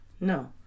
No